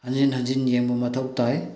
ꯍꯟꯖꯤꯟ ꯍꯟꯖꯤꯟ ꯌꯦꯡꯕ ꯃꯊꯧ ꯇꯥꯏ